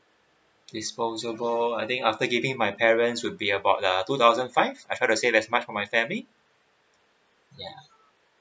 disposable I think after giving my parents will be about the two thousand five I felt the same as much for my family ya